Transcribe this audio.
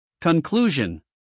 Conclusion